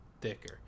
thicker